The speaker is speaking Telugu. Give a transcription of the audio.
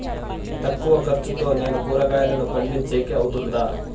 తక్కువ ఖర్చుతో నేను కూరగాయలను పండించేకి అవుతుందా?